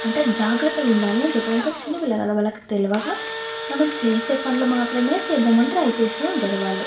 అంటే జాగ్రత్తగా ఉండాలి అని చెప్పాలి ఎందుకంటే చిన్నపిల్లలు కదా వాళ్ళకి తెలవక మనం చేసే పనులు మాత్రమే చేద్దామని ట్రై చేస్తు ఉంటారు వాళ్ళు